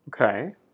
Okay